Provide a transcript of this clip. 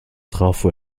trafo